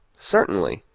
certainly.